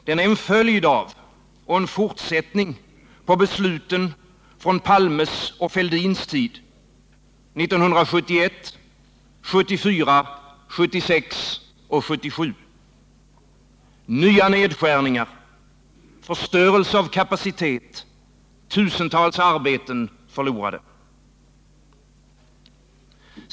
Den är en följd av och en fortsättning på besluten från regeringarna Palmes och Fälldins tid 1971, 1974, 1976 och 1977. Nya nedskärningar, förstörelse av kapacitet, tusentals arbeten förlorade.